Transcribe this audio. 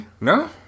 No